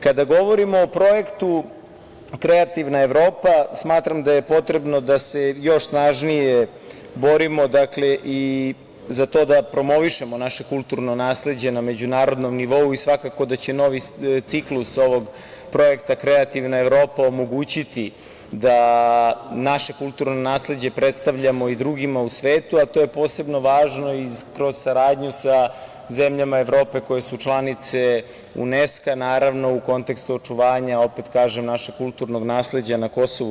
Kada govorimo o projektu Kreativna Evropa, smatram da je potrebno da se još snažnije borimo i za to da promovišemo naše kulturno nasleđe na međunarodnom nivou, a svakako da će novi ciklus ovog Kreativna Evropa, omogućiti da naše kulturno nasleđe predstavljamo i drugima u svetu, a to je posebno važno kroz saradnju sa zemljama Evropa, koje su članice UNESKA, naravno u konteksu očuvanja, opet kažem našeg kulturnog nasleđa na KiM.